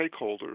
stakeholders